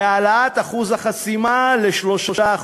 להעלאת אחוז החסימה ל-3%.